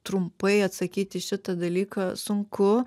trumpai atsakyt į šitą dalyką sunku